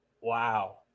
Wow